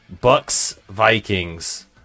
Bucks-Vikings